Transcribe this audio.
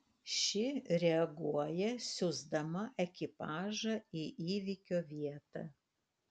ši reaguoja siųsdama ekipažą į įvykio vietą